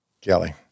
Kelly